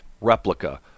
replica